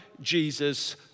Jesus